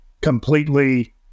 completely